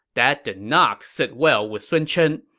that did not sit well with sun chen.